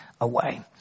away